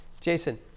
Jason